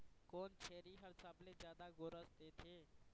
कोन छेरी हर सबले जादा गोरस देथे?